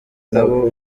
nabo